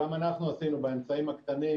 גם אנחנו עשינו באמצעים הקטנים